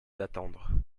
d’attendre